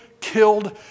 killed